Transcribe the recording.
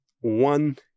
one